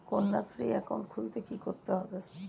Kanyashree account খুলতে কী করতে হবে?